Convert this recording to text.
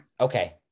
okay